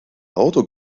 auto